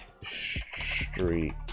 Street